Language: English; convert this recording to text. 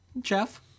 Jeff